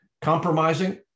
compromising